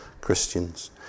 Christians